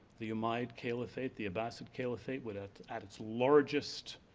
the umayyad caliphate, the abbasid caliphate when at at its largest,